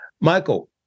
Michael